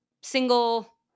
single